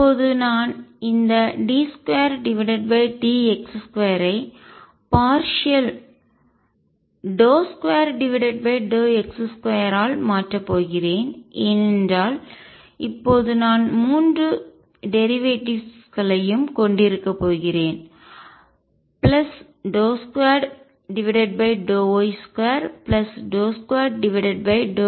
இப்போது நான் இந்த d2dx2 ஐ பார்சியல் பகுதி 2x2 ஆல் மாற்றப் போகிறேன் ஏனென்றால் இப்போது நான் மூன்று டெரிவேட்டிவ்ஸ் களையும் வழித்தோன்றல் கொண்டிருக்கப் போகிறேன் 2y22z2